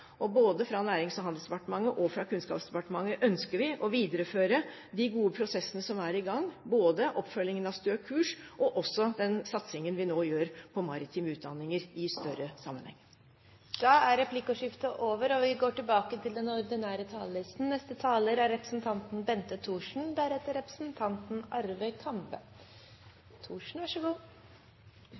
Både fra Nærings- og handelsdepartementet og fra Kunnskapsdepartementet ønsker man å videreføre de gode prosessene som er i gang, både oppfølgingen av Stø kurs og også den satsingen vi nå gjør på maritime utdanninger i en større sammenheng. Replikkordskiftet er